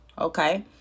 okay